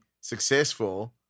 successful